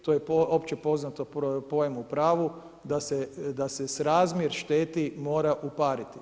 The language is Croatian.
To je opće poznato pojmu pravu da se srazmjer šteti mora upariti.